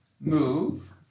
move